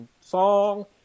song